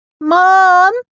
Mom